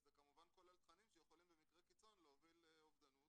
וזה כמובן כולל תכנים שיכולים במקרה קיצון להוביל לאובדנות,